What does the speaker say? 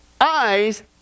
Eyes